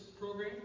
program